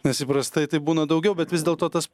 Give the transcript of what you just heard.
nes įprastai tai būna daugiau bet vis dėlto tas